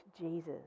Jesus